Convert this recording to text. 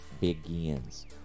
begins